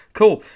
cool